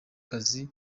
kazi